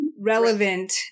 relevant